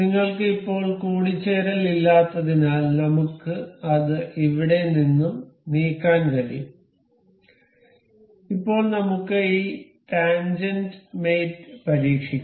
നിങ്ങൾക്ക് ഇപ്പോൾ കൂടിച്ചേരൽ ഇല്ലാത്തതിനാൽ നമുക്ക് അത് എവിടെ നിന്നും നീക്കാൻ കഴിയും ഇപ്പോൾ നമുക്ക് ഈ ടാൻജെന്റ്മേറ്റ് പരീക്ഷിക്കാം